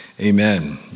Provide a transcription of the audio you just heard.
amen